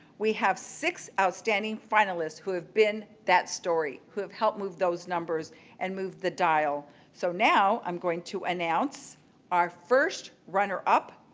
we have six outstanding finalists who have been that story, who have helped move those numbers and move the dial. so now, i'm going to announce our first runner up.